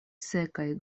sekaj